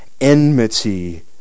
enmity